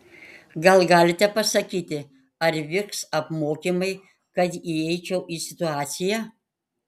gal galite pasakyti ar vyks apmokymai kad įeičiau į situaciją